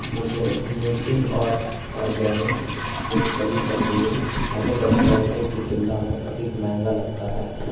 मुझे Nutriorg organic मूँगफली का तेल अन्य वेबसाइटों की तुलना में अधिक महँगा लगता है